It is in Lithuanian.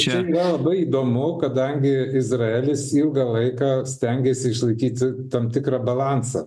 čia yra labai įdomu kadangi izraelis ilgą laiką stengėsi išlaikyt tam tikrą balansą